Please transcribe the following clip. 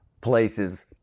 places